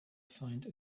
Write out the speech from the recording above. find